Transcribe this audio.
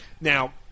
Now